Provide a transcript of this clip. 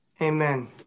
Amen